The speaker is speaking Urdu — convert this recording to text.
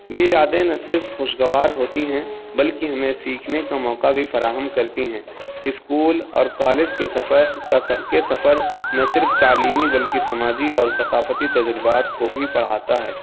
یہ یادیں نہ صرف خوشگوار ہوتی ہیں بلکہ ہمیں سیکھنے کا موقع بھی فراہم کرتی ہیں اسکول اور کالج کے سفر کے سفر نہ صرف تعلیمی بلکہ سماجی اور ثقافتی تجربات کو بھی پڑھاتا ہے